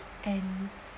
and